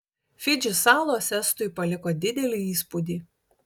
fidži salos estui paliko didelį įspūdį